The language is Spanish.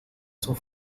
sus